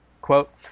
Quote